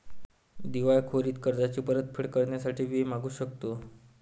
दिवाळखोरीत कर्जाची परतफेड करण्यासाठी वेळ मागू शकतो